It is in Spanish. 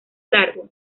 largo